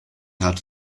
had